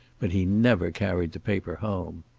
but he never carried the paper home.